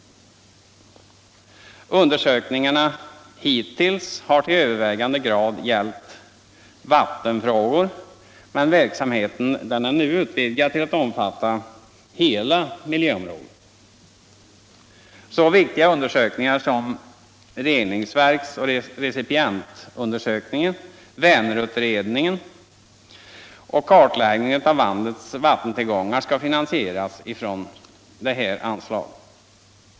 Hittills har undersökningarna till övervägande grad gällt vattenfrågor, men verksamheten har nu utvidgats till att omfatta hela miljöområdet. Så viktiga undersökningar som reningsverksoch recipientundersökningen, Vänerutredningen och kartläggningen av landets vattentillgångar skall finansieras från anslaget.